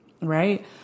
right